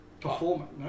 performance